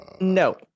No